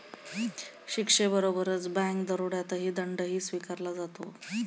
शिक्षेबरोबरच बँक दरोड्यात दंडही आकारला जातो